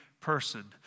person